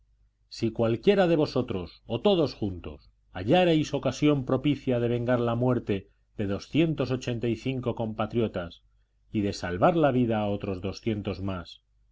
si cualquiera de vosotros o todos juntos hallarais ocasión propicia de vengar la muerte de doscientos ochenta y cinco compatriotas y de salvar la vida a otros doscientos más